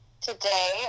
Today